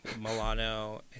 Milano